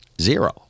zero